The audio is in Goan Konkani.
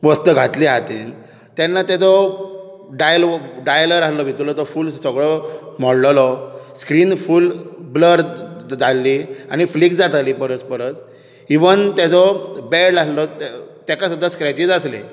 वस्त घातली हातीन तेन्ना तेजो डायल डायलर आसलो भितूरलो तो फूल सगळो मोडलेलो स्क्रिन फूल ब्लर जाल्ली आनी फ्लिक जाताली परत परत इवन ताचो बॅल्ट आसलो तेका सुद्दां स्क्रेचीस आसले